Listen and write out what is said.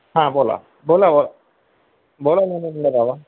हां बोला बोला ब बोला ज्ञानानंद बाबा